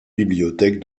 bibliothèque